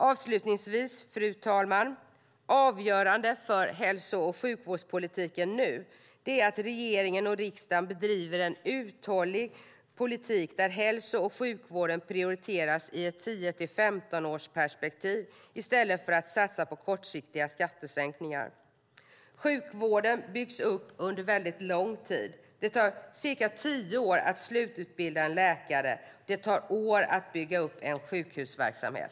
Avslutningsvis: Avgörande för hälso och sjukvårdspolitiken nu är att regering och riksdag bedriver en uthållig politik där hälso och sjukvården prioriteras i ett 10-15-årsperspektiv i stället för att man satsar på kortsiktiga skattesänkningar. Sjukvården byggs upp under mycket lång tid. Det tar tio år att slututbilda en läkare. Det tar år att bygga upp en sjukhusverksamhet.